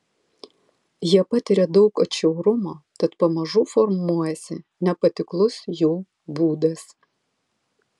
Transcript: jie patiria daug atšiaurumo tad pamažu formuojasi nepatiklus jų būdas